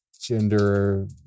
Gender